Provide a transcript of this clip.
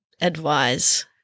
advise